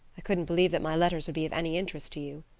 i couldn't believe that my letters would be of any interest to you.